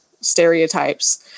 stereotypes